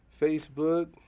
Facebook